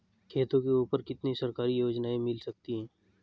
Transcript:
खेतों के ऊपर कितनी सरकारी योजनाएं मिल सकती हैं?